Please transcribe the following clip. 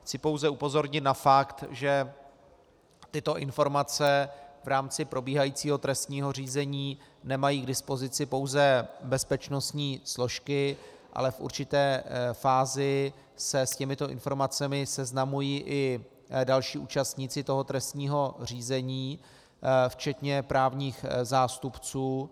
Chci pouze upozornit na fakt, že tyto informace v rámci probíhajícího trestního řízení nemají k dispozici pouze bezpečnostní složky, ale v určité fázi se s těmito informacemi seznamují i další účastníci trestního řízení, včetně právních zástupců.